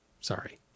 Sorry